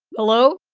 hello?